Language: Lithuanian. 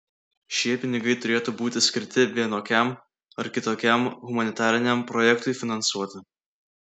šie pinigai turėtų būti skirti vienokiam ar kitokiam humanitariniam projektui finansuoti